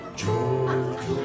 joy